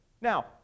Now